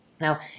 Now